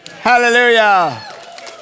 Hallelujah